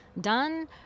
done